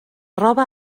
roba